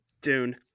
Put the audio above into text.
Dune